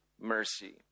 mercy